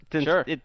Sure